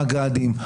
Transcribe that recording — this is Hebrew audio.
מג"דים,